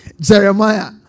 Jeremiah